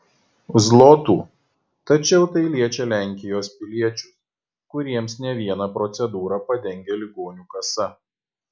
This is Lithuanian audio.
zlotų tačiau tai liečia lenkijos piliečius kuriems ne vieną procedūrą padengia ligonių kasa